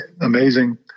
amazing